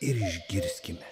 ir išgirskime